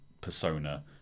persona